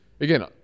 again